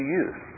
use